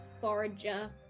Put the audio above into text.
forager